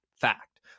fact